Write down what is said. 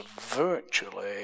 virtually